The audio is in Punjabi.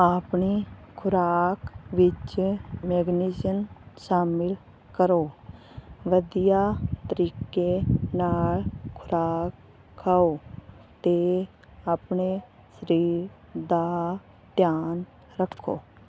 ਆਪਣੀ ਖੁਰਾਕ ਵਿੱਚ ਮੈਗਨੀਸ਼ੀਅਮ ਸ਼ਾਮਿਲ ਕਰੋ ਵਧੀਆ ਤਰੀਕੇ ਨਾਲ ਖੁਰਾਕ ਖਾਓ ਅਤੇ ਆਪਣੇ ਸਰੀਰ ਦਾ ਧਿਆਨ ਰੱਖੋ